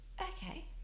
okay